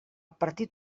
partit